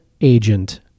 agent